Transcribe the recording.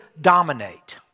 dominate